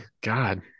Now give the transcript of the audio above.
God